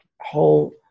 whole